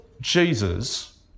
Jesus